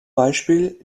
beispiel